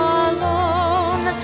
alone